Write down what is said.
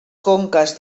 conques